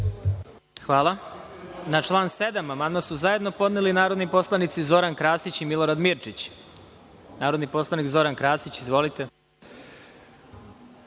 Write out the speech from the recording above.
Hvala. Na član 7. amandman su zajedno podneli narodni poslanici Zoran Krasić i Milorad Mirčić. Narodni poslanik Zoran Krasić. Izvolite.